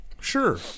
Sure